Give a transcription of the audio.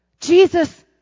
Jesus